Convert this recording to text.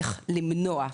איך למנוע,